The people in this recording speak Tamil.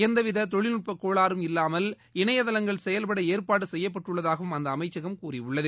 எந்தவித தொழில்நுட்பக் கோளாறும் இல்லாமல் இணைய தளங்கள் செயல்பட ஏற்பாடு செய்யப்பட்டுள்ளதாகவும் அந்த அமைச்சகம் கூறியுள்ளது